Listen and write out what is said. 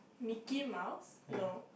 Mickey-Mouse no